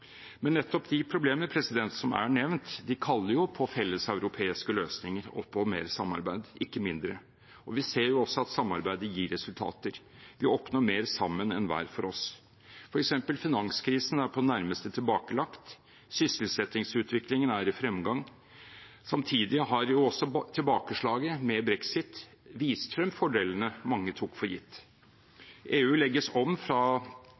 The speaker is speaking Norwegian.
Men nettopp de problemer som er nevnt, kaller på felleseuropeiske løsninger og på mer samarbeid, ikke mindre. Vi ser jo også at samarbeidet gir resultater – vi oppnår mer sammen enn hver for oss. For eksempel er finanskrisen på det nærmeste tilbakelagt, sysselsettingsutviklingen er i fremgang. Samtidig har tilbakeslaget med brexit vist frem fordelene mange tok for gitt. EU legges om fra